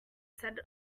said